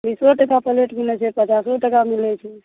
बीसो टका प्लेट मिलै छै पचासो टका मिलै छै